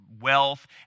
wealth